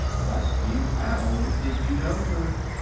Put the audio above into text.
but you found it did you no good.